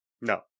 no